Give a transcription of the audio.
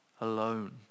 alone